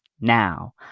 Now